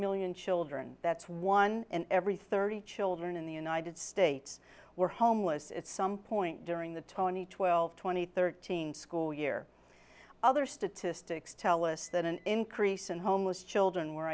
million children that's one in every thirty children in the united states were homeless at some point during the tony twelve thousand and thirteen school year other statistics tell us that an increase in homeless children were